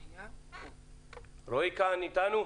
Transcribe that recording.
נמצא איתנו?